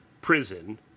Prison